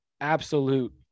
absolute